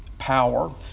power